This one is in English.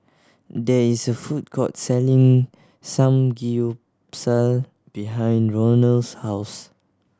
there is a food court selling Samgeyopsal behind Ronald's house